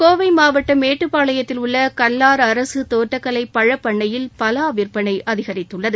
கோவை மாவட்டம் மேட்டுப்பாளையத்தில் உள்ள கல்லார் அரசு தோட்டக்கலை பழப் பண்ணையில் பலா விற்பனை அதிகரித்துள்ளது